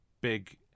big